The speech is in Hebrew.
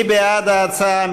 מי בעד ההצעה?